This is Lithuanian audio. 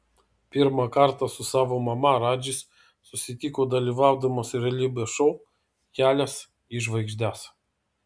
pirmą kartą su savo mama radžis susitiko dalyvaudamas realybės šou kelias į žvaigždes